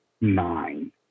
nine